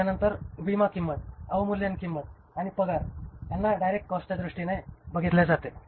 त्या नंतर विमा किंमत अवमूल्यन किंमत आणि पगार हेना डायरेक्ट कॉस्टचा दृष्टीने बघितले जाते